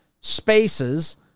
spaces